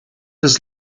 his